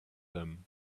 them